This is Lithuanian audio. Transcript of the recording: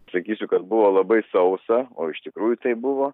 sakysiu kad buvo labai sausa o iš tikrųjų tai buvo